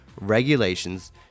regulations